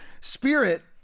spirit